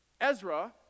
Ezra